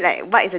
ah